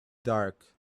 dark